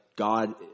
God